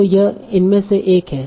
तो यह इनमे से एक है